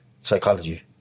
psychology